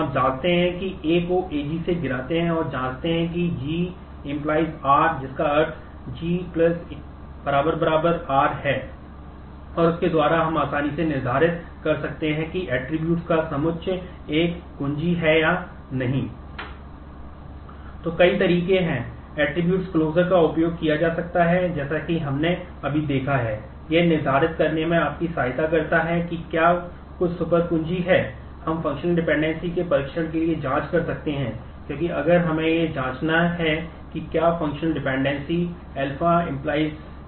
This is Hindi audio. हम जाँचते हैं कि हम A को AG से गिराते हैं और जाँचते हैं कि G → R जिसका अर्थ G R है और उसके द्वारा हम आसानी से निर्धारित कर सकते हैं कि ऐट्रिब्यूट्स है या नहीं